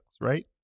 right